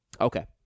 Okay